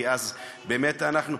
כי אז באמת אנחנו,